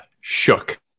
shook